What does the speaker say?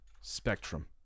spectrum